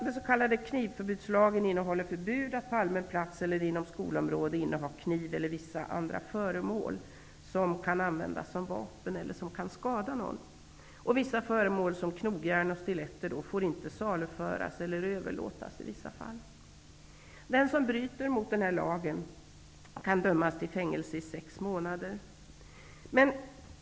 Den s.k. knivförbudslagen innehåller förbud att på allmän plats eller inom skolområde inneha kniv eller vissa andra föremål som kan användas som vapen eller som kan skada någon. Vissa föremål, som knogjärn och stiletter, får i vissa fall inte saluföras eller överlåtas. Den som bryter mot lagen kan dömas till fängelse i sex månader.